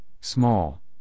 small